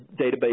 database